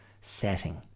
setting